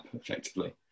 effectively